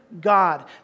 God